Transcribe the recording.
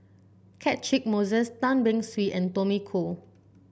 Catchick Moses Tan Beng Swee and Tommy Koh